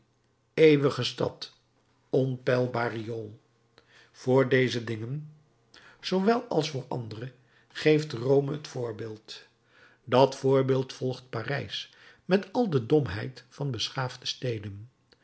eeuwige stad onpeilbaar riool voor deze dingen zoowel als voor andere geeft rome het voorbeeld dat voorbeeld volgt parijs met al de domheid van beschaafde steden